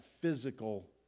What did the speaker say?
physical